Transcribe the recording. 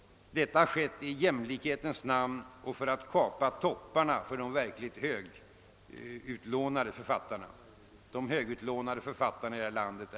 Detta har skett i jämlikhetens namn och för att kapa topparna för de 12 å 13 verkligt högutlånade författarna här i landet.